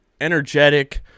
energetic